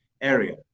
area